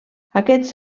aquests